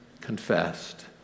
confessed